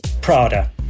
Prada